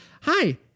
hi